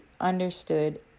understood